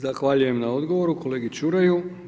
Zahvaljujem na odgovoru kolegi Čuraju.